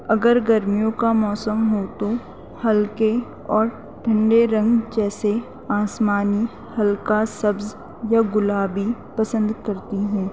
اگر گرمیوں کا موسم ہو تو ہلکے اور ٹھنڈے رنگ جیسے آسمانی ہلکا سبز یا گلابی پسند کرتی ہوں